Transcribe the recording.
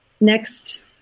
next